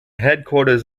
headquarters